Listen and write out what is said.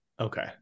Okay